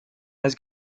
has